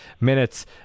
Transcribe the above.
minutes